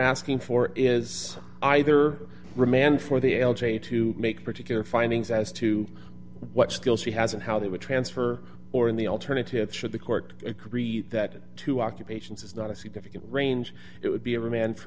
asking for is either remand for the l g to make particular findings as to what skills she has and how they would transfer or in the alternative should the court agree that two occupations is not a significant range it would be a remand for